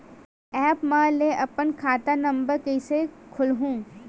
App म ले अपन खाता नम्बर कइसे खोलहु?